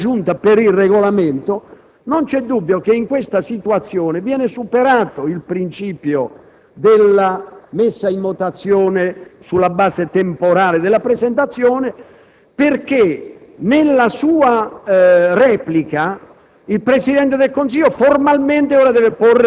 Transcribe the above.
sempre con riferimento a precedenti e a chiarimenti della Giunta per il Regolamento, non c'è dubbio che in questa situazione viene superato il principio della messa in votazione sulla base temporale della presentazione,